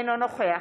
אינו נוכח